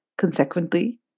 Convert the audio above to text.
consequently